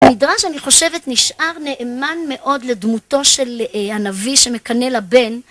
המדרש אני חושבת נשאר נאמן מאוד לדמותו של הנביא שמקנא לבן